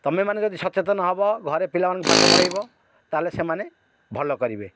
ତୁମେମାନେ ଯଦି ସଚେତନ ହବ ଘରେ ପିଲାମାନଙ୍କୁ ପାଠ ପଢ଼ାଇବ ତାହେଲେ ସେମାନେ ଭଲ କରିବେ